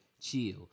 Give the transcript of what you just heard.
Chill